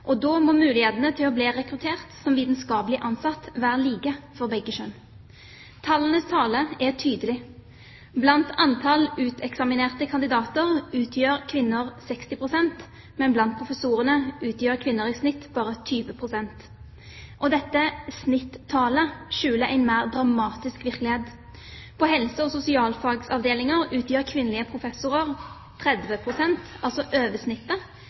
hodene. Da må mulighetene til å bli rekruttert som vitenskapelig ansatt være like for begge kjønn. Tallenes tale er tydelige. Blant antall uteksaminerte kandidater utgjør kvinner 60 pst., men blant professorene utgjør kvinner i snitt bare 20 pst. Dette snittallet skjuler en mer dramatisk virkelighet. På helse- og sosialfagsavdelinger utgjør kvinnelige professorer 30 pst. – altså